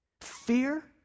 Fear